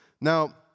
Now